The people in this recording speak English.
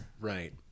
Right